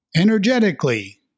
energetically